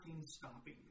stopping